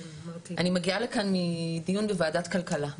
אני מגיעה לכאן מדיון בוועדת כלכלה,